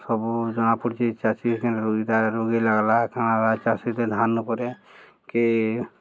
ସବୁ ଜଣା ପଡ଼ୁଛି ଚାଷୀ ରୋଗୀ ଲାଗ୍ଲା କାଣା ହେଲା ଚାଷୀରେ ଧାନ ପରେ କି